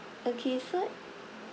okay so